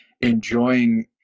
enjoying